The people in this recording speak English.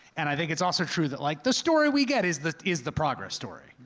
and i think it's also true that like the story we get is the is the progress story.